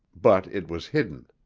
but it was hidden.